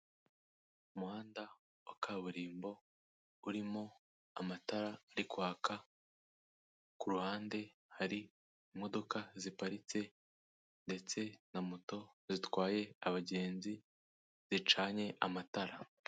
Umuhanda wa kaburimbo, urimo amatara ari kwaka, ku ruhande hari imodoka ziparitse ndetse na moto zitwaye abagenzi, zicanye amatara.